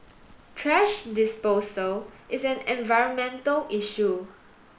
thrash disposal is an environmental issue